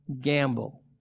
gamble